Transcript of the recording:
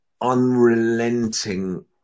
unrelenting